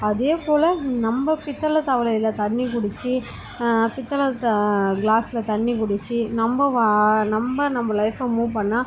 அதே போல நம்ம பித்தளை தவழையில தண்ணிப்புடிச்சி பித்தளை க்ளாஸில் தண்ணிக்குடிச்சி நம்ம வ நம்ம நம்ம லைஃப்பை மூவ் பண்ணால்